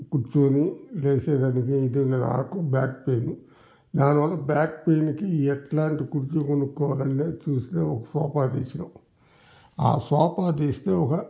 కూర్చొని లేసేదానికి నాకు బ్యాక్ పైన్ దానివల్ల బ్యాక్ పైన్కి ఎట్లాంటి కుర్చి కొనుకావాలనేది చూసి ఒక సోఫా చూసినాం ఆ సోఫా తీస్తే ఒక